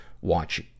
watch